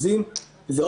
זה,